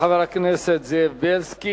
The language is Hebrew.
תודה לחבר הכנסת זאב בילסקי.